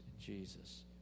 Jesus